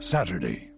Saturday